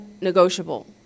negotiable